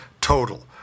total